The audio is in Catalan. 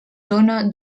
tona